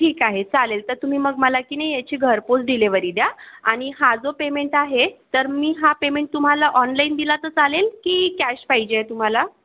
ठीक आहे चालेल तर तुम्ही मग मला की नाही याची घरपोच डिलेवरी द्या आणि हा जो पेमेंट आहे तर मी हा पेमेंट तुम्हाला ऑनलाईन दिला तर चालेल की कॅश पाहिजे आहे तुम्हाला